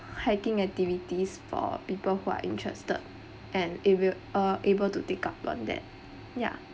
hiking activities for people who are interested and if you uh able to take up on that ya